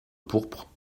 pourpre